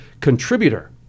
contributor